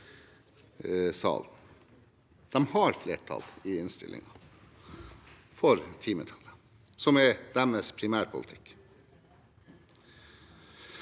De har flertall i innstillingen for timetallet, som er deres primærpolitikk.